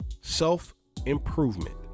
self-improvement